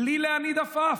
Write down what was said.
בלי להניד עפעף.